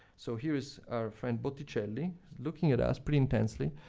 so, here's our friend botticelli looking at us pretty intensely.